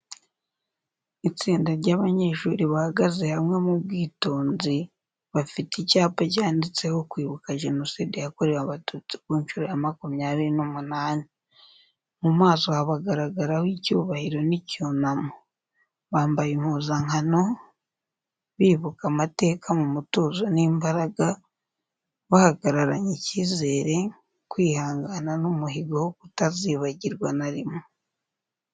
Itsinda ry’abanyeshuri bahagaze hamwe mu bwitonzi, bafite icyapa cyanditseho “Kwibuka Jenoside yakorewe Abatutsi ku nshuro ya makumyabiri n'umunani.” Mu maso habagaragaraho icyubahiro n’icyunamo. Bambaye impuzankano, bibuka amateka mu mutuzo n’imbaraga, bahagararanye icyizere, kwihangana n’umuhigo wo kutazibagirwa na rimwe.